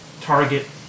target